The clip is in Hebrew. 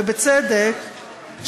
ובצדק,